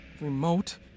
remote